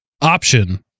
option